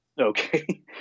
Okay